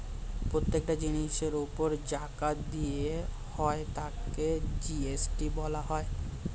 প্রত্যেকটা জিনিসের উপর জাকাত দিতে হয় তাকে জি.এস.টি বলা হয়